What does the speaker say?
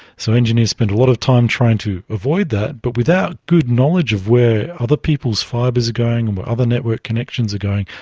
so engineers spend a lot of time trying to avoid that, but without good knowledge of where other people's fibres are going and where other network connections are going,